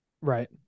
Right